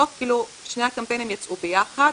שני הקמפיינים יצאו ביחד,